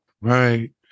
Right